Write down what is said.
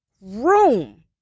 room